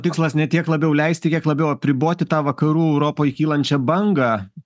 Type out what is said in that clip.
tikslas ne tiek labiau leisti kiek labiau apriboti tą vakarų europoj kylančią bangą